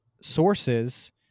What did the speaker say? sources